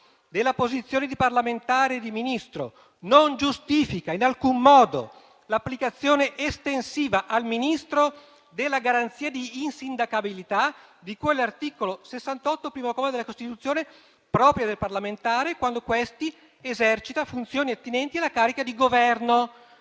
della posizione di parlamentare e di Ministro non giustifica in alcun modo l'applicazione estensiva al Ministro della garanzia di insindacabilità di cui all'articolo 68, primo comma, della Costituzione, proprio del parlamentare, quando questi esercita funzioni attinenti alla carica di Governo».